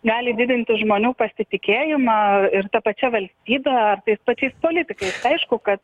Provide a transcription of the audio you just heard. gali didinti žmonių pasitikėjimą ir ta pačia valstybe tais pačiais politikais aišku kad